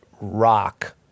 rock